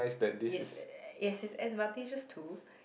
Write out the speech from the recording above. yes yes there's advantages too